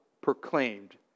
proclaimed